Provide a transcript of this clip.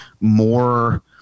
more